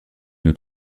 nous